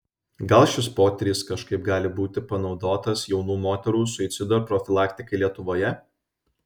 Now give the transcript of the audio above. gal šis potyris kažkaip gali būti panaudotas jaunų moterų suicido profilaktikai lietuvoje